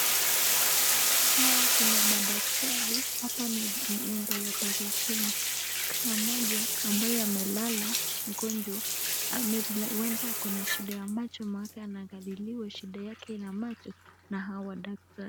Hawa kuna madaktari, hapa ni nyumba ya oparesheni. Kuna mmoja mabaye amelala, mgonjwa huenda ako na shida ya macho mwake, anaangaliliwa shida yake ya macho na hawa daktari.